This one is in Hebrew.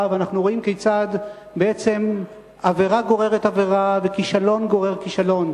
ואנחנו רואים כיצד עבירה גוררת עבירה וכישלון גורר כישלון.